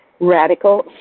radical